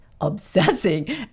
obsessing